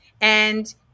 And-